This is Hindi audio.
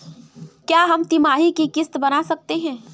क्या हम तिमाही की किस्त बना सकते हैं?